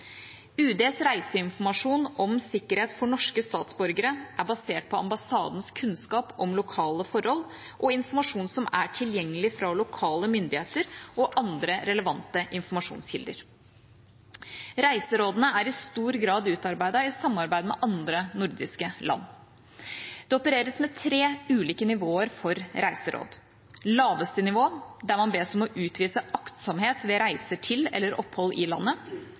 UDs reiseinformasjon om sikkerhet for norske statsborgere er basert på ambassadens kunnskap om lokale forhold og informasjon som er tilgjengelig fra lokale myndigheter og andre relevante informasjonskilder. Reiserådene er i stor grad utarbeidet i samarbeid med andre nordiske land. Det opereres med tre ulike nivåer for reiseråd: laveste nivå, der man bes om å utvise aktsomhet ved reiser til eller opphold i landet, mellomnivå, der det frarådes reise til eller opphold i landet